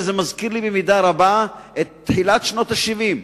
זה מזכיר לי במידה רבה את תחילת שנות ה-70,